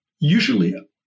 usually